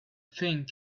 thing